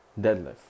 deadlift